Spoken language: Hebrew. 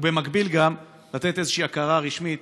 ובמקביל גם לתת איזושהי הכרה רשמית